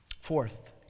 Fourth